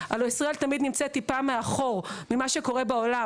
אבל ישראל תמיד נמצאת טיפה מאחור ממה שקורה בעולם